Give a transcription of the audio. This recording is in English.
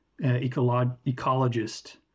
ecologist